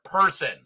person